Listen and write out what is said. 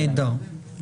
נהדר.